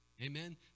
Amen